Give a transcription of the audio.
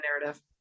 narrative